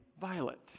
Violet